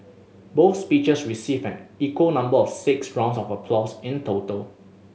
both speeches received an equal number of six rounds of applause in total